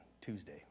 Tuesday